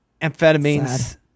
amphetamines